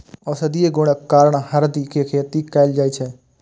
औषधीय गुणक कारण हरदि के खेती कैल जाइ छै